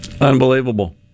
Unbelievable